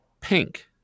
Pink